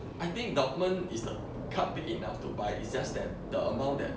I think dorman is the club big enough to buy it's just that the amount that